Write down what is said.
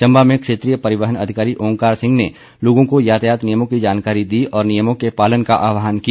चम्बा में क्षेत्रीय परिवहन अधिकारी ओंकार सिंह ने लोगों को यातायात नियमों की जानकारी दी और नियमों के पालन का आह्वान किया